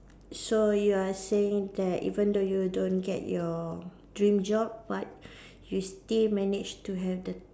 so you are saying that even though you don't get your dream job but you still manage to have the